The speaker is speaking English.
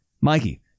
Mikey